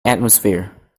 atmosphere